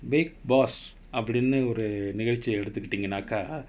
bigg boss அப்படினு ஒரு நிகழ்ச்சியை எடுத்துகிட்டீங்கனாக்கா:appadinnu oru nigalcchiyai eduttukitteenganaakkaa